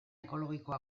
ekologikoa